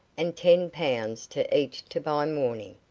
and ten pounds to each to buy mourning.